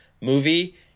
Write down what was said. movie